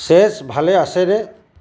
চেজ ভালে আছেনে